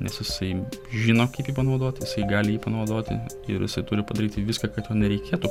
nes jisai žino kaip jį panaudoti jisai gali jį panaudoti ir jisai turi padaryti viską kad jo nereikėtų